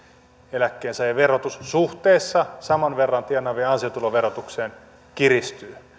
eläkkeensaajien verotus suhteessa saman verran tienaavien ansiotuloverotukseen kiristyy